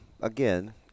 again